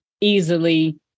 easily